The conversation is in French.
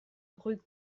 rue